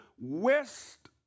west